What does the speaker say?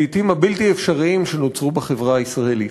לעתים הבלתי-אפשריים, שנוצרו בחברה הישראלית,